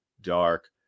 dark